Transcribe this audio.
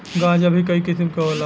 गांजा भीं कई किसिम के होला